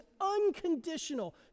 unconditional